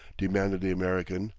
demanded the american,